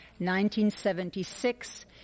1976